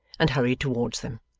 and hurried towards them,